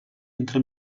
entre